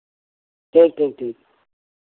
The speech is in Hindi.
ठीक ठीक ठीक